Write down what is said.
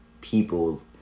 people